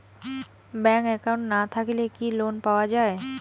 Bank account না থাকিলে কি লোন পাওয়া য়ায়?